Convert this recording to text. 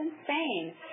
insane